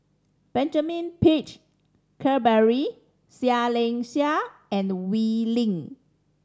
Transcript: Benjamin Peach Keasberry Seah Liang Seah and Wee Lin